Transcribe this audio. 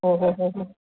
ओहोहो